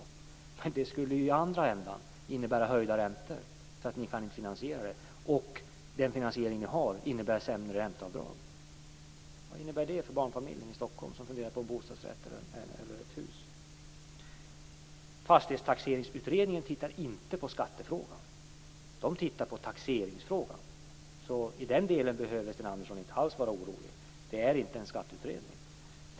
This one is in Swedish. Men det skulle ju i den andra änden innebära höjda räntor, för de skulle inte klara finansieringen, och det förslag till finansiering som de har innebär sämre ränteavdrag. Vad skulle det innebära för barnfamiljen i Stockholm, som funderar på att köpa en bostadsrätt eller ett hus? Fastighetstaxeringsutredningen ser inte över skattefrågan utan taxeringsfrågan, så i den delen behöver Sten Andersson inte alls vara orolig. Det är inte en skatteutredning.